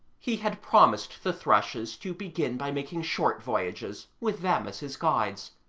he had promised the thrushes to begin by making short voyages, with them as his guides,